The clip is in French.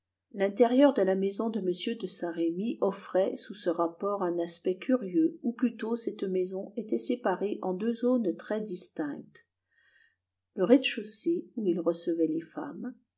l'intérieur de la maison de m de saint-remy offrait sous ce rapport un aspect curieux ou plutôt cette maison était séparée en deux zones très distinctes le rez-de-chaussée où il recevait les femmes